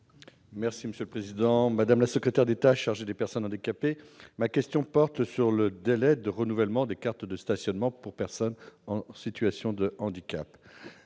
personnes handicapées. Madame la secrétaire d'État chargée des personnes handicapées, ma question porte sur les délais de renouvellement des cartes de stationnement pour personnes en situation de handicap.